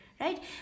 right